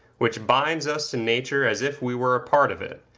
which binds us to nature as if we were a part of it,